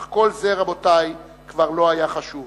אך כל זה, רבותי, כבר לא היה חשוב